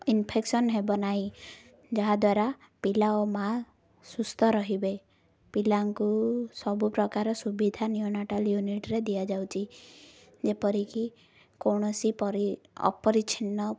infection ହେବ ନାହିଁ ଯାହାଦ୍ୱାରା ପିଲା ଓ ମାଆ ସୁସ୍ଥ ରହିବେ ପିଲାଙ୍କୁ ସବୁପ୍ରକାର ସୁବିଧା ନିୟୋନଟାଲ୍ ୟୁନିଟ୍ରେ ଦିଆଯାଉଛି ଯେପରିକି କୌଣସି ପରି ଅପରିଚ୍ଛନ୍ନ